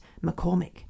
McCormick